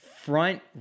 front